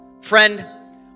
Friend